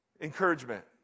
encouragement